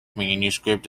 manuscript